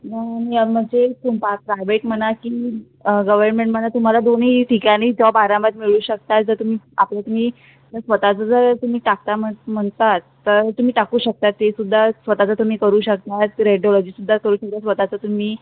private म्हणा की government म्हणा तुम्हाला दोन्ही ठिकाणी जॉब आरामात मिळू शकतात जर तुम्ही आपलं तुम्ही स्वतःचं जर तुम्ही टाकता म्हण म्हणतात तर तुम्ही टाकू शकता तेसुद्धा स्वतःचं तुम्ही करू शकतात रेडिओलॉजीसुद्धा करू स्वतःचं तुम्ही